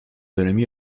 dönemi